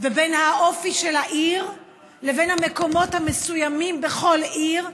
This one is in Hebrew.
ובין האופי של העיר לבין המקומות המסוימים בכל עיר,